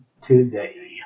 today